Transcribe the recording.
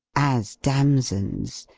as damsons,